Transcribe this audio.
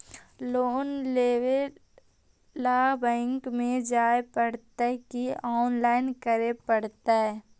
Loan लेवे ल bank में जाय पड़तै कि औनलाइन करे पड़तै?